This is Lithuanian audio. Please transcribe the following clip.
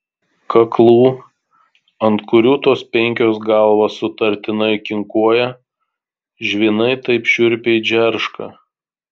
kaklų ant kurių tos penkios galvos sutartinai kinkuoja žvynai taip šiurpiai džerška